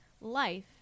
Life